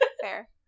fair